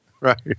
Right